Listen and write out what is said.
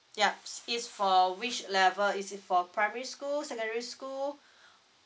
yup it's for which level is it for primary school secondary school